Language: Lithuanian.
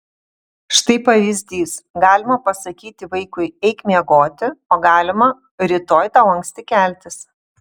štai pavyzdys galima pasakyti vaikui eik miegoti o galima rytoj tau anksti keltis